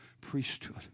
priesthood